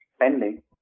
pending